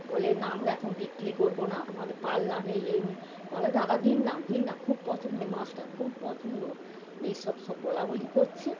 বলে না আমরা এখন বিক্রি করবো না আমার পাল্লা নেই এই নেই বলে দাদা দিন না দিন না খুব পছন্দ মাছটা খুব পছন্দ এইসব সব বলাবলি করছে